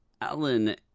Alan